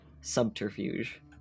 subterfuge